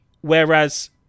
Whereas